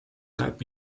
näeb